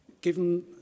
given